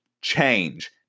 Change